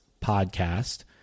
Podcast